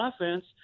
offense